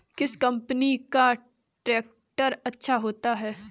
किस कंपनी का ट्रैक्टर अच्छा होता है?